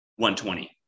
120